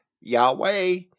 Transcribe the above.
Yahweh